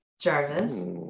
Jarvis